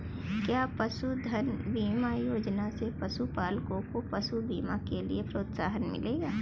क्या पशुधन बीमा योजना से पशुपालकों को पशु बीमा के लिए प्रोत्साहन मिलेगा?